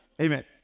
Amen